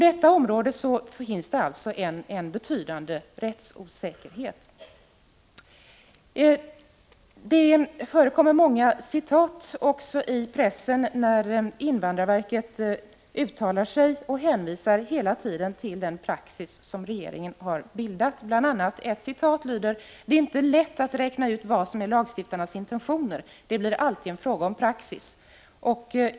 Det finns alltså en betydande rättsosäkerhet på detta område. I pressen förekommer många citat av de uttalanden invandrarverket gjort i samband med att verket hela tiden hänvisar till den praxis som regeringen har bildat. Ett citat lyder: Det är inte lätt att räkna ut vad som är lagstiftarnas intentioner. Det blir alltid en fråga om praxis.